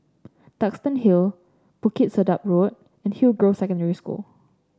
Duxton Hill Bukit Sedap Road and Hillgrove Secondary School